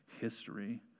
history